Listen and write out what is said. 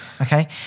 Okay